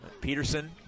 Peterson